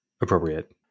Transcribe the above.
appropriate